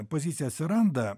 pozicija atsiranda